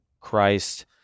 Christ